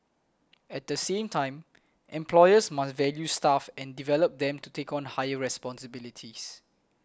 at the same time employers must value staff and develop them to take on higher responsibilities